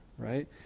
right